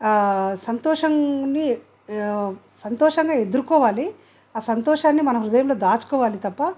సంతోషాన్ని సంతోషంగా ఎదురుకోవాలి ఆ సంతోషాన్ని మన హృదయంలో దాచుకోవాలి తప్ప